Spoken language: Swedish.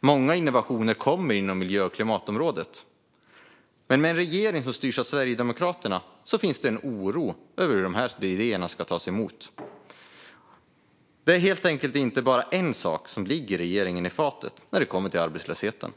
Många innovationer kommer inom miljö och klimatområdet, men med en regering som styrs av Sverigedemokraterna finns det en oro över hur idéerna ska tas emot. Det är helt enkelt inte bara en sak som ligger regeringen i fatet när det kommer till arbetslösheten.